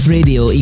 Radio